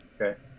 okay